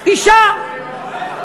אישה.